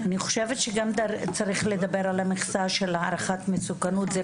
אני חושבת שגם צריך לדבר על המחדל של הערכת מסוכנות.